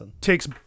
takes